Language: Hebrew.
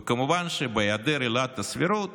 וכמובן שבהיעדר עילת הסבירות,